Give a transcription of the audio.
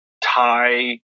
thai